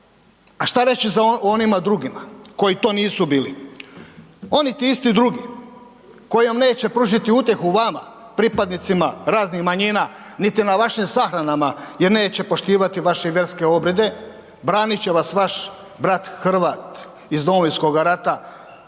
A šta reći za onima drugima koji to nisu bili? Oni ti isti drugi koji vam neće pružiti utjehu vama pripadnicima raznih manjina, niti na vašim sahranama jer neće poštivati vaše vjerske obrede, branit će vaš brat Hrvat iz Domovinskoga rata